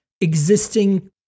existing